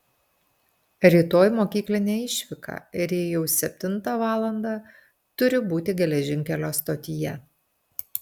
rytoj mokyklinė išvyka ir ji jau septintą valandą turi būti geležinkelio stotyje